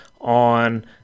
on